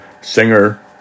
singer